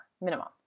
minimum